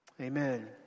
Amen